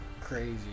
crazy